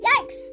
Yikes